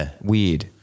weird